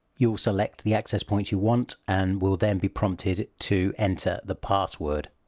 you'll select the access points you want and will then be prompted to enter the password.